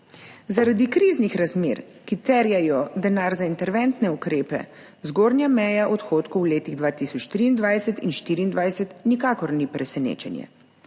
Zaradi kriznih razmer, ki terjajo denar za interventne ukrepe, zgornja meja odhodkov v letih 2023 in 2024 nikakor ni presenečenje.